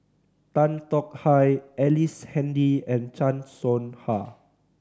Tan Tong Hye Ellice Handy and Chan Soh Ha